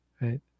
right